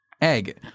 egg